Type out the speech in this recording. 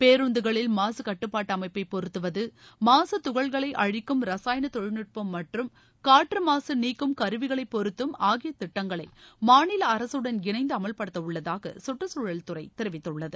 பேருந்துகளில் மாசுக்கட்டுப்பாட்டு அமைப்பை பொறுத்துவது மாசு துகல்களை அழிக்கும் ரசாயண தொழில்நுட்பம் மற்றும் காற்று மாக நீக்கும் கருவிகளை பொறுத்தும் ஆகிய திட்டங்களை மாநில அரசுடன் இணைந்து அமல்படுத்த உள்ளதாக சுற்றுகுழல்துறை தெரிவித்துள்ளது